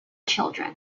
children